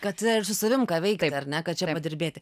kad yra su savimi ką veikti ar ne kad čia yra padirbėti